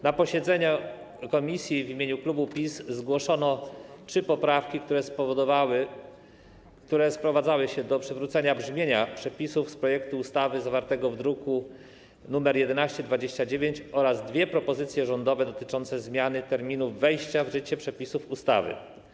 Na posiedzeniu komisji w imieniu klubu PiS zgłoszono trzy poprawki, które sprowadzały się do przywrócenia brzmienia przepisów z projektu ustawy zawartego w druku nr 1129, oraz dwie propozycje rządowe dotyczące zmiany terminów wejścia w życie przepisów ustawy.